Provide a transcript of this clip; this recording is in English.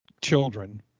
children